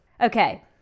Okay